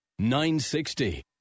960